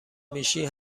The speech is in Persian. میشی